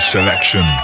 Selection